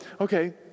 okay